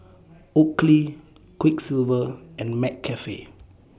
Oakley Quiksilver and McCafe